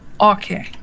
Okay